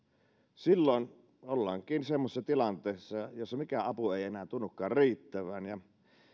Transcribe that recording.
silloin ollaankin semmoisessa tilanteessa jossa mikään apu ei enää tunnukaan riittävän ja